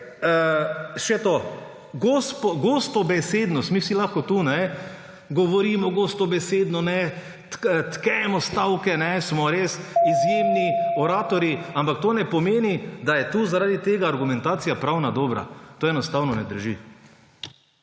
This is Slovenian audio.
Še to. Gostobesednost. Vsi mi lahko tu govorimo gostobesedno, tkemo stavke, smo res izjemni oratorji, ampak to ne pomeni, da je zaradi tega pravna argumentacija dobra. To enostavno ne drži.